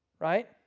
Right